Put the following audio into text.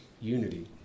unity